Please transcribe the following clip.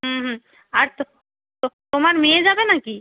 হুম হুম আর তোমার মেয়ে যাবে নাকি